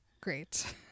great